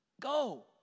Go